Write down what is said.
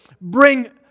bring